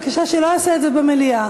בבקשה שלא יעשה את זה במליאה.